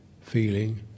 feeling